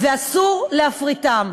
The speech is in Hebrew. ואסור להפריט את זה.